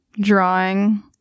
drawing